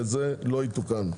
וזה לא יתוקן.